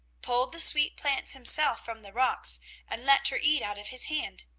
pulled the sweet plants himself from the rocks and let her eat out of his hand.